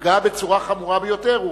נפגע בצורה חמורה ביותר.